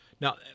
Now